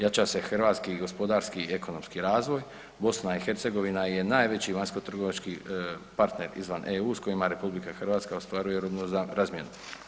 Jača se hrvatski gospodarski i ekonomski razvoj, BiH je najveći vanjskotrgovački partner izvan EU s kojima RH ostvaruje robnu razmjenu.